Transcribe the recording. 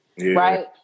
Right